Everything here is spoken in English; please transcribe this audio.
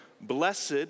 blessed